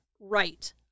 right